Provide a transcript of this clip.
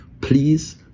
Please